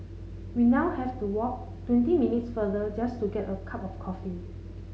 we now have to walk twenty minutes further just to get a cup of coffee